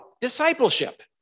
discipleship